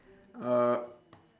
uh